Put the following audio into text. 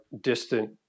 distant